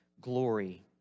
glory